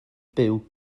byw